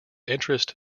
interest